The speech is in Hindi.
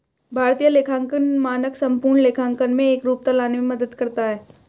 भारतीय लेखांकन मानक संपूर्ण लेखांकन में एकरूपता लाने में मदद करता है